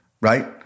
Right